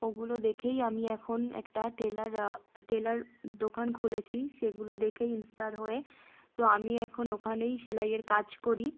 ওগুলো দেখেই আমি এখন একটা টেলার টেলার দোকান খুলেছি সেগুলো দেখেই ইন্সপায়ার হয়ে তো আমি এখন ওখানেই সেলাইয়ের কাজ করি